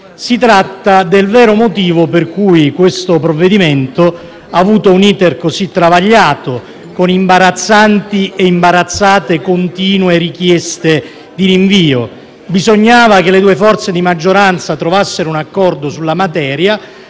Si tratta del vero motivo per cui il provvedimento in esame ha avuto un *iter* tanto travagliato, con imbarazzanti e imbarazzate continue richieste di rinvio. Bisognava che le due forze di maggioranza trovassero un accordo sulla materia: